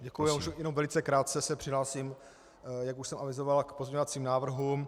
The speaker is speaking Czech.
Já už jenom velice krátce se přihlásím, jak už jsem avizoval, k pozměňovacím návrhům.